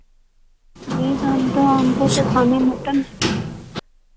यही सब हम तो हमको तो खाना मटन है ना